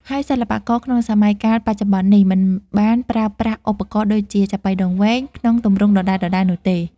ហើយសិល្បករក្នុងសម័យកាលបច្ចុប្បន្ននេះ មិនបានប្រើប្រាស់ឧបករណ៍ដូចជា ចាប៉ីដងវែង ក្នុងទម្រង់ដដែលៗនោះទេ។